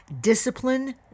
discipline